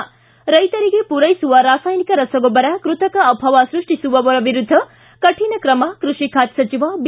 ಿ ರೈತರಿಗೆ ಪೂರೈಸುವ ರಾಸಾಯನಿಕ ರಸಗೊಬ್ಬರ ಕೃತಕ ಅಭಾವ ಸೃಷ್ಷಿಸುವವರ ವಿರುದ್ಧ ಕಠಿಣ ಕ್ರಮ ಕೃಷಿ ಖಾತೆ ಸಚಿವ ಬಿ